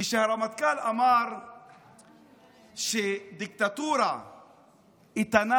כשהרמטכ"ל אמר שדיקטטורה איתנה